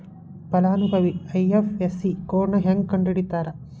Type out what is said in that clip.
ಫಲಾನುಭವಿ ಐ.ಎಫ್.ಎಸ್.ಸಿ ಕೋಡ್ನಾ ಹೆಂಗ ಕಂಡಹಿಡಿತಾರಾ